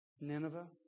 Nineveh